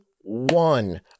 one